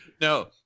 No